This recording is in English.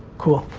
cool.